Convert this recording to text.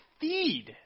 feed